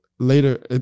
later